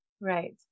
right